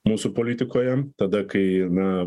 mūsų politikoje tada kai na